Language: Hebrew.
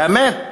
באמת,